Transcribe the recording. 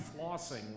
flossing